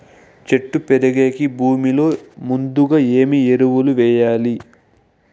చెట్టు పెరిగేకి భూమిలో ముందుగా ఏమి ఎరువులు వేయాలి?